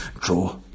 draw